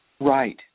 Right